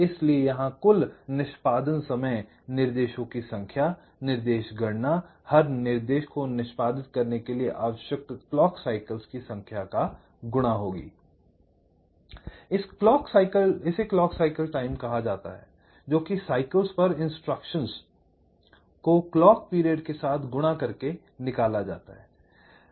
इसलिए यहां कुल निष्पादन समय निर्देशों की संख्या निर्देश गणना हर निर्देश को निष्पादित करने के लिए आवश्यक क्लॉक साइकल्स की संख्या का गुणा होगी I इसे क्लॉक साइकिल टाइम कहा जाता है जोकि साइकल्स पर इंस्ट्रक्शंस को क्लॉक पीरियड के साथ गुणा करके निकला जाता हे